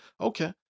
Okay